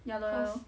ya lor